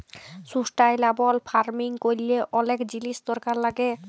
sustainable farming ক্যরলে অলেক জিলিস দরকার লাগ্যে